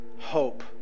hope